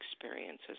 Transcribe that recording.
experiences